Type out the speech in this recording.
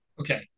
okay